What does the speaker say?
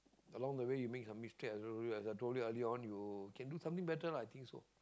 along the way you make some mistake I told you as I told you earlier on you can do something better lah I think so